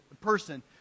person